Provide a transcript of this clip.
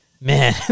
man